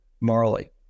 Marley